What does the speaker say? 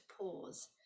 pause